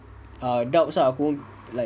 err doubts lah aku pun like